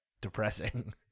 depressing